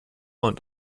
und